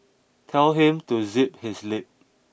tell him to zip his lip